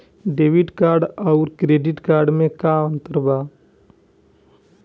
Debit card आउर credit card मे का अंतर बा?